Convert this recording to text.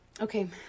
okay